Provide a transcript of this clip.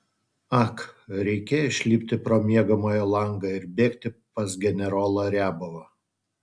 ak reikėjo išlipti pro miegamojo langą ir bėgti pas generolą riabovą